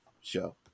show